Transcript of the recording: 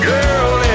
Girl